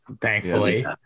thankfully